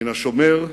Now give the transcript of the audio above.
מן "השומר"